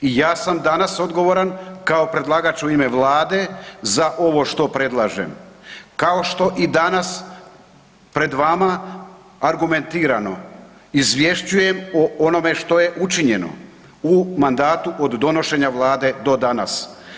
I ja sam danas odgovoran kao predlagač u ime Vlade za ovo što predlažem kao što i danas pred vama argumentirano izvješćujem o onome što je učinjeno u mandatu od donošenja Vlade do danas.